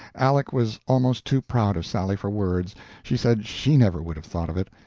aleck was almost too proud of sally for words she said she never would have thought of it.